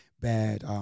bad